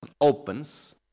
opens